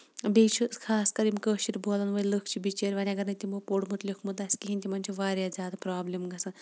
بیٚیہِ چھُ خاص کر یِم کٲشِر بولَن وٲلۍ لُکھ چھِ بِچٲرۍ وۄنۍ اَگر نَے تِمو پوٚرمُت لیوٗکھمُت آسہِ کِہینۍ تِمن چھُ واریاہ زیادٕ پروبلِم گژھان